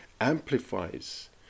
amplifies